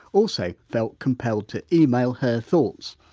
also felt compelled to email her thoughts.